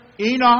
Enoch